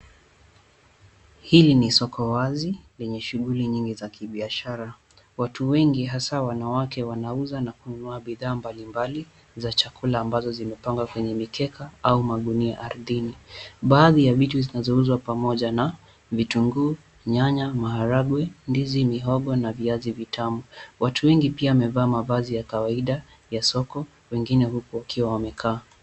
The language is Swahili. Hili ni soko wazi lenye shughuli nyingi za kibiashara, watu wengi hasa wanawake wanauza na kununua bidhaa mbalimbali za chakula ambazo zimepangwa kwenye mikeka au magunia ardhini. Baadhi ya vitu zinazouzwa pamoja na vitunguu, nyanya, maharagwe, ndizi, mihogo na viazi vitamu. Watu wengi pia wamevaa mavazi ya kawaida ya soko wengine huku wakiwa wamekaa.